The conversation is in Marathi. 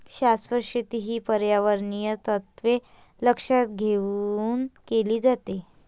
शाश्वत शेती ही पर्यावरणीय तत्त्वे लक्षात घेऊन केली जाते